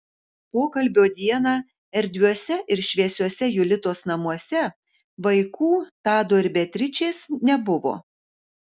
pokalbio dieną erdviuose ir šviesiuose julitos namuose vaikų tado ir beatričės nebuvo